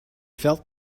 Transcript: felt